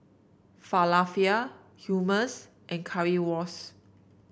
Falafel Hummus and Currywurst